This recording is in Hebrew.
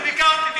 אני ביקרתי,